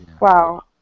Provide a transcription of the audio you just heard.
Wow